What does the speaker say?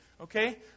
okay